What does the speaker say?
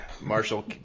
Marshall